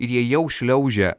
ir jie jau šliaužia